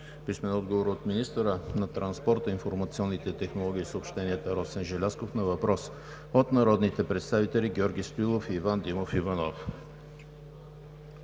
Мирчев; - министъра на транспорта, информационните технологии и съобщенията Росен Желязков на въпрос от народните представители Георги Стоилов и Иван Димов Иванов;